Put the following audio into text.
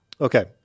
okay